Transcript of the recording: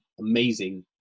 amazing